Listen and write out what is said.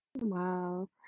Wow